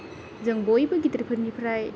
जों बयबो गिदिरफोरनिफ्राय